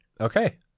Okay